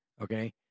Okay